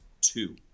Two